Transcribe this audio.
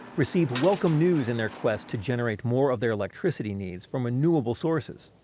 received welcome news in their quest to generate more of their electricity needs from renewable sources.